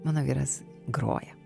mano vyras groja